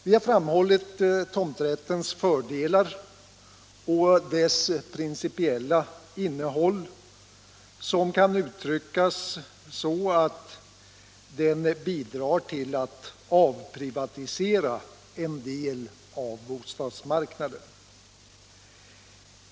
Vi har framhållit tomträttens fördelar och dess principiella innehåll, som kan uttryckas så att den bidrar till att avprivatisera en del av bostadsmarknaden.